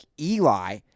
Eli